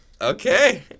Okay